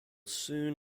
soon